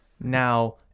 now